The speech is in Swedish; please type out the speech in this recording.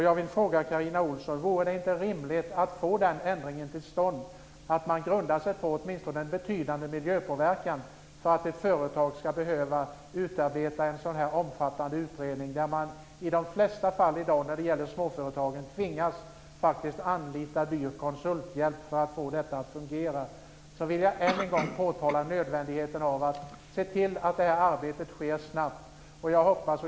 Jag vill fråga Carina Ohlsson: Vore det inte rimligt att få den ändringen till stånd att man grundar sig på åtminstone en betydande miljöpåverkan för att ett företag ska behöva en sådan här omfattande utredning? I de flesta fall i dag när det gäller småföretagen tvingas man faktiskt anlita dyr konsulthjälp för att få detta att fungera. Sedan vill jag än en gång påtala nödvändigheten av att se till att det här arbetet sker snabbt.